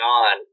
on